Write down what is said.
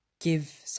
give